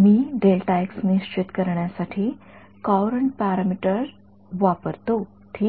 मी निश्चित करण्यासाठी current parameter वापरतो ठीक